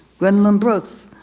gwendolyn brooks.